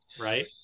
right